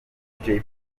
jay